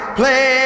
play